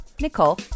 Nicole